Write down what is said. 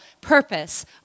purpose